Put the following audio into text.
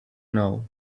know